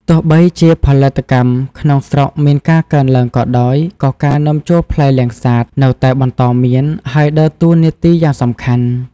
ទោះបីជាផលិតកម្មក្នុងស្រុកមានការកើនឡើងក៏ដោយ ក៏ការនាំចូលផ្លែលាំងសាតនៅតែបន្តមាន ហើយដើរតួនាទីយ៉ាងសំខាន់។